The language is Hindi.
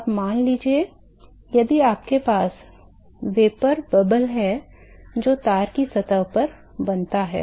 अब मान लीजिए यदि आपके पास वाष्प का बुलबुला है जो तार की सतह पर बनता है